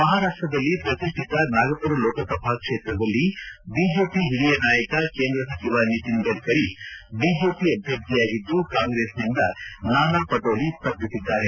ಮಹಾರಾಷ್ಷದಲ್ಲಿ ಪ್ರತಿಷ್ಠಿತ ನಾಗಮರ ಲೋಕಸಭಾ ಕ್ಷೇತ್ರದಲ್ಲಿ ಬಿಜೆಪಿ ಓರಿಯ ನಾಯಕ ಕೇಂದ್ರ ಸಚಿವ ನಿತಿನ್ ಗಡ್ಡರಿ ಬಿಜೆಪಿ ಅಭ್ಯರ್ಥಿಯಾಗಿದ್ದು ಕಾಂಗ್ರೆಸ್ನಿಂದ ನಾನಾ ಪಟೋಲಿ ಸ್ವರ್ಧಿಸಿದ್ದಾರೆ